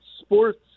Sports